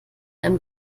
einem